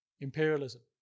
imperialism